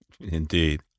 Indeed